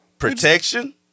Protection